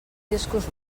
discurs